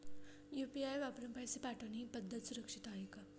UPI वापरून पैसे पाठवणे ही पद्धत सुरक्षित आहे का?